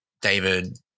David